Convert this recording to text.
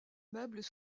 meubles